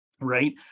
right